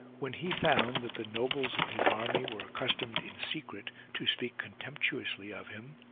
when he found that the nobles of his army were accustomed in secret to speak contemptuously of him,